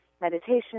meditation